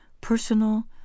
personal